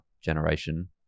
generation